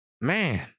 Man